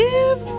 Give